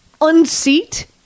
unseat